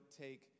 take